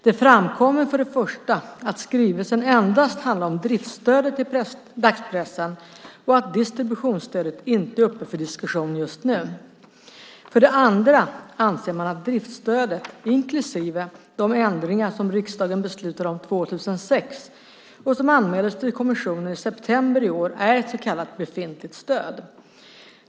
Det framkommer för det första att skrivelsen endast handlar om driftsstödet till dagspressen och att distributionsstödet inte är uppe för diskussion just nu. För det andra anser man att driftsstödet, inklusive de ändringar som riksdagen beslutade om 2006 och som anmäldes till kommissionen i september i år, är ett så kallat befintligt stöd.